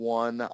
one